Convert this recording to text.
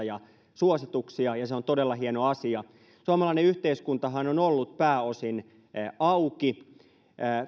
ja suosituksia ja se on todella hieno asia suomalainen yhteiskuntahan on ollut pääosin auki